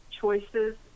choices